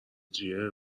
جیه